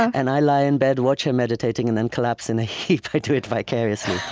and i lie in bed, watch her meditating, and then collapse in a heap. i do it vicariously